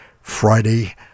Friday